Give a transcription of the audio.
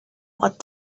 what